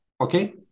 okay